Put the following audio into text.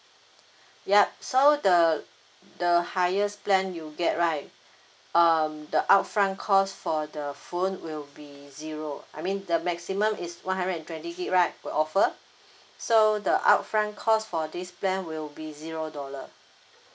ya so the the highest plan you get right um the upfront cost for the phone will be zero I mean the maximum is one hundred twenty gig right the offer so the upfront cost for this plan will be zero dollar